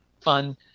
fun